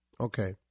Okay